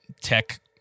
tech